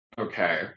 okay